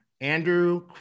Andrew